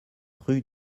rue